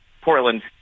Portland